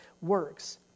works